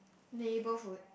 neighbourhood